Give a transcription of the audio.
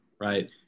right